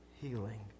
healing